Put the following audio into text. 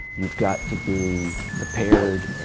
you've got to be prepared.